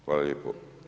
Hvala lijepo.